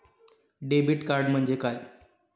Debit card म्हणजे काय?